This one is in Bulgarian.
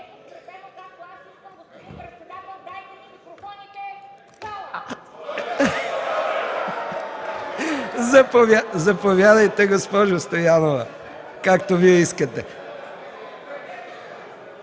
Заповядайте, госпожо Стоянова, както Вие искате.